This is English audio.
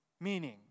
Meaning